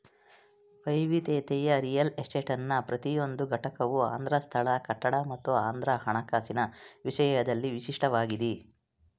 ವೈವಿಧ್ಯತೆಯ ರಿಯಲ್ ಎಸ್ಟೇಟ್ನ ಪ್ರತಿಯೊಂದು ಘಟಕವು ಅದ್ರ ಸ್ಥಳ ಕಟ್ಟಡ ಮತ್ತು ಅದ್ರ ಹಣಕಾಸಿನ ವಿಷಯದಲ್ಲಿ ವಿಶಿಷ್ಟವಾಗಿದಿ